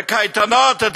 בקייטנות.